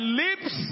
lips